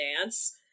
dance